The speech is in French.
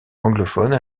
anglophone